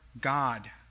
God